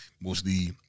mostly